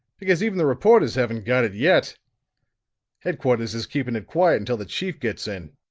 because even the reporters haven't got it yet headquarters is keeping it quiet until the chief gets in.